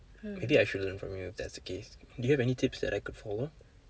maybe I should learn from you if that's the case do you have any tips that I could follow